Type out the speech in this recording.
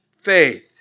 faith